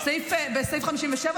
בסעיף 57,